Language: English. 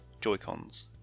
Joy-Cons